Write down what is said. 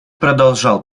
продолжал